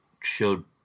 showed